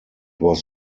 was